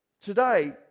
Today